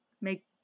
make